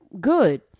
good